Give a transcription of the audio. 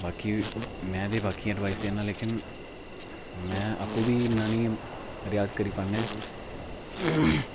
बाकी में ते बाकिये गी एडवाइस दि'न्ना लेकिन में आपूं बी इ'न्ना नेईं रिआज करी पाना ऐ हूं